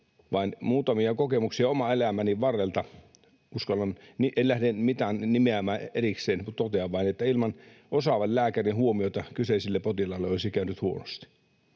vain muutamia kokemuksia oman elämäni varrelta totean — en lähde mitään nimeämään erikseen — että ilman osaavan lääkärin huomiota kyseisille potilaille olisi käynyt huonosti,